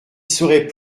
serait